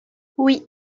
oui